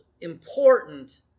important